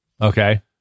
Okay